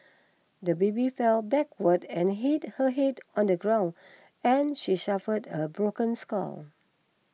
the baby fell backwards and hit her head on the ground and she suffered a broken skull